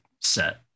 set